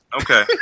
Okay